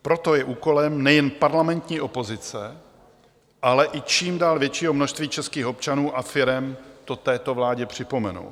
Proto je úkolem nejen parlamentní opozice, ale i čím dál většího množství českých občanů a firem to této vládě připomenout.